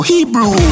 Hebrew